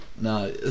No